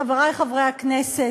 חברי חברי הכנסת,